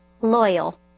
loyal